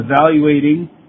evaluating